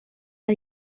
las